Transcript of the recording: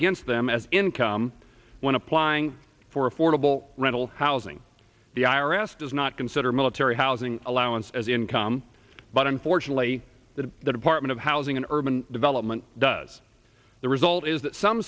against them as income when applying for affordable rental housing the i r s does not consider military housing allowance as income but unfortunately that the department of housing and urban development does the result is that some